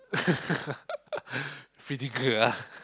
free thinker ah